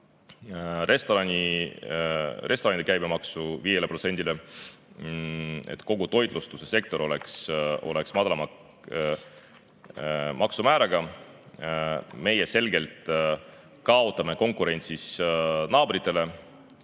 restoranide käibemaksu 5%‑le, selleks et kogu toitlustussektor oleks madalama maksumääraga. Me selgelt kaotame konkurentsis naabritele.